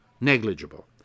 Negligible